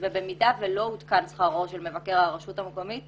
ובמידה ולא עודכן שכרו של מבקר הרשות המקומית,